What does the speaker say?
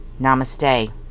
namaste